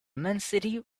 immensity